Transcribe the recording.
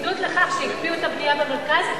בצמידות לכך שהקפיאו את הבנייה במרכז,